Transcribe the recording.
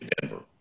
Denver